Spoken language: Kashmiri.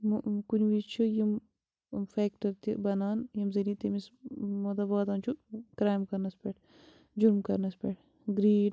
کُنہِ وِزۍ چھِ یِم یِم فیٚکٹر تہِ بَنان ییٚمہِ ذٔریعہِ تٔمِس مطلب واتان چھُ کرٛایِم کرنَس پٮ۪ٹھ جرم کرنَس پٮ۪ٹھ گرٛیٖڈ